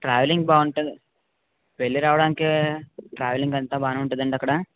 travelling బాగుంటుందా వెళ్ళిరావడానికే travelling అంతా బాగానే ఉంటుందండి అక్కడ